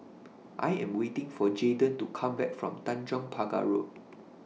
I Am waiting For Jaeden to Come Back from Tanjong Pagar Road